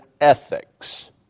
ethics